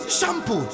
Shampoo